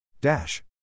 Dash